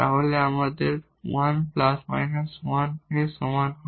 এবং আমাদের 1 1 এর সমান হয়